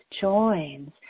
joins